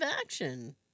action